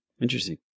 Interesting